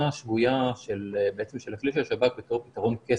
שגויה שבעצם הכלי של השב"כ הוא פתרון קסם.